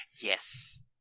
Yes